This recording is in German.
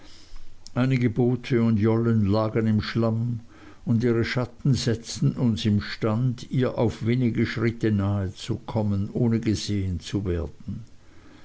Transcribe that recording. einige boote und jollen lagen im schlamm und ihre schatten setzten uns instand ihr auf wenige schritte nahe zu kommen ohne gesehen zu werden